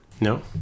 No